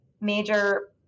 major